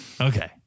Okay